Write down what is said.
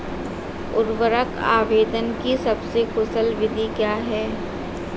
उर्वरक आवेदन की सबसे कुशल विधि क्या है?